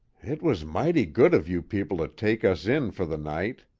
it was mighty good of you people to take us in for the night,